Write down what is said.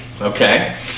okay